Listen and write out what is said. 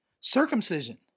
Circumcision